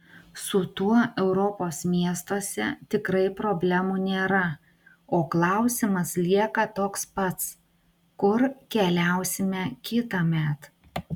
su tuo europos miestuose tikrai problemų nėra o klausimas lieka toks pats kur keliausime kitąmet